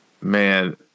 Man